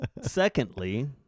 Secondly